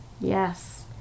Yes